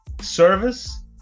service